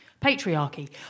patriarchy